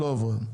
לא עברה.